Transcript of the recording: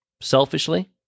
selfishly